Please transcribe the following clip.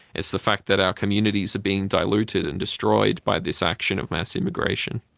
it's the fact that our communities are being diluted and destroyed by this action of mass immigration.